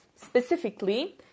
Specifically